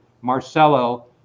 Marcelo